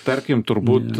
tarkim turbūt